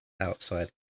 outside